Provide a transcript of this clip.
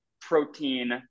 protein